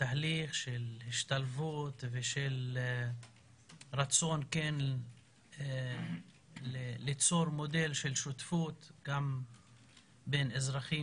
תהליך של השתלבות ושל רצון כן ליצור מודל של שותפות בין אזרחים